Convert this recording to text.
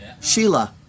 Sheila